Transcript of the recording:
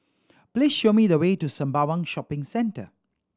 please show me the way to Sembawang Shopping Centre